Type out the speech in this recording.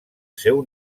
seu